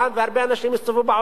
והרבה אנשים הסתובבו בעולם,